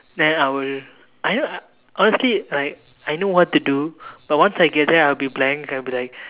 then I will I know uh honestly like I know what to do but once I get there I'll be blank I'll be like